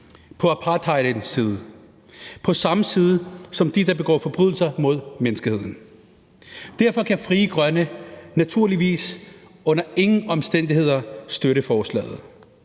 på apartheidens side; på samme side som dem, der begår forbrydelser mod menneskeheden. Derfor kan Frie Grønne naturligvis under ingen omstændigheder støtte forslaget.